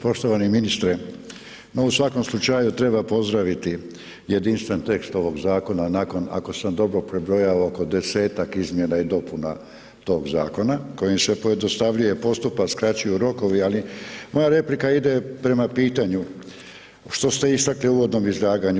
Poštovani ministre, no u svakom slučaju treba pozdraviti jedinstven tekst ovog zakona nakon, ako sam dobro prebrojao oko 10-tak izmjena i dopuna tog zakona kojim se pojednostavljuje postupak, skraćuju rokovi, ali moja replika ide prema pitanju što ste istakli u uvodnom izlaganju.